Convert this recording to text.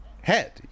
head